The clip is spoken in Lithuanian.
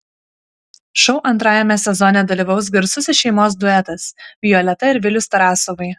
šou antrajame sezone dalyvaus garsusis šeimos duetas violeta ir vilius tarasovai